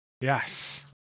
Yes